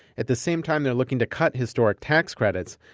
at the same time they're looking to cut historic tax credits,